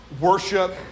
Worship